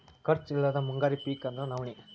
ಖರ್ಚ್ ಇಲ್ಲದ ಮುಂಗಾರಿ ಪಿಕ್ ಅಂದ್ರ ನವ್ಣಿ